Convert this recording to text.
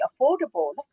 affordable